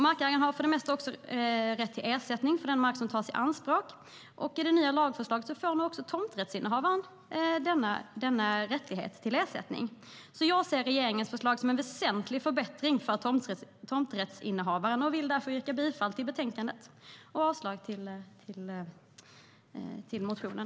Markägaren har för det mesta rätt till ersättning för den mark som tas i anspråk, och med det nya lagförslaget får nu också tomträttshavaren denna rätt till ersättning. Jag ser regeringens förslag som en väsentlig förbättring för tomträttshavaren och vill därför yrka bifall till utskottets förslag i betänkandet och avslag på motionen.